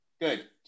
Good